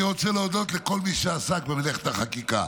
אני רוצה להודות לכל מי שעסק במלאכת החקיקה.